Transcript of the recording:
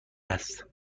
است